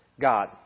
God